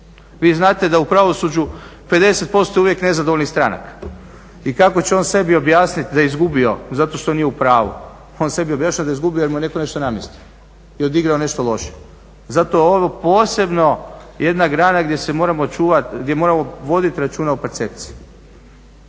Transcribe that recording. Vi znate da je u pravosuđu 50% uvijek nezadovoljnih stranaka i kako će on sebi objasniti da je izgubio zato što nije u pravu. On sebi objašnjava da je izgubio jer mu je netko nešto namjestio i odigrao nešto loše. Zato je ovo posebno jedna grana gdje moramo voditi računa o percepciji.